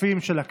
התשפ"א 2021,